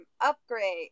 upgrade